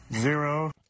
zero